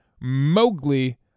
Mowgli